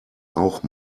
auch